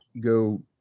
go